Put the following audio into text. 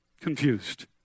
confused